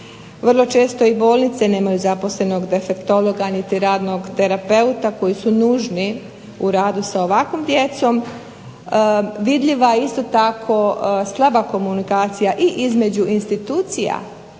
vrlo često i bolnice nemaju zaposlenog defektologa niti radnog terapeuta koji su nužni u radu sa ovakvom djecom. Vidljiva je isto tako slaba komunikacija i između institucija